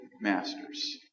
masters